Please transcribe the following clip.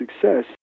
success